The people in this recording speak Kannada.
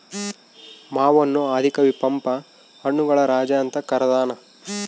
ಮಾವನ್ನು ಆದಿ ಕವಿ ಪಂಪ ಹಣ್ಣುಗಳ ರಾಜ ಅಂತ ಕರದಾನ